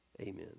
Amen